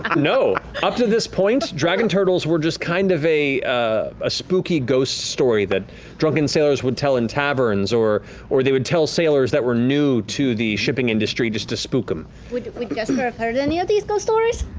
no! up to this point, dragon turtles were just kind of a ah spooky ghost story that drunken sailors would tell in taverns, or or they would tell sailors that were new to the shipping industry, just to spook them. laura would jester have heard any of these ghost stories?